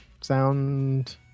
sound